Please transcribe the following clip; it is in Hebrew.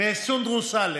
וסונדוס סאלח,